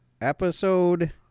episode